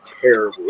terrible